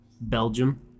Belgium